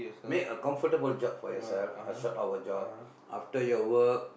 make a comfortable job for yourself a short hour job after your work